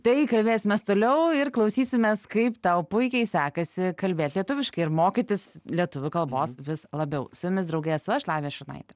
tai kalbėsimės toliau ir klausysimės kaip tau puikiai sekasi kalbėt lietuviškai ir mokytis lietuvių kalbos vis labiau su jumis drauge esu aš lavija šurnaitė